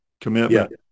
commitment